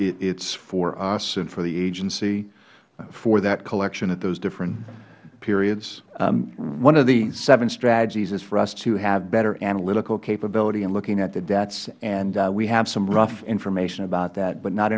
it is for us and for the agency for that collection at those different periods mister lebryk one of the seven strategies is for us to have better analytical capability in looking at the debts and we have some rough information about that but not